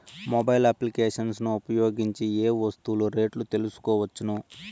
Mobile applications ను ఉపయోగించి ఏ ఏ వస్తువులు రేట్లు తెలుసుకోవచ్చును?